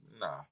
nah